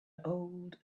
old